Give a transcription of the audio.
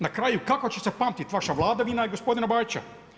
Na kraju, kako će se pamtiti vaša vladavina i gospodina Bajića?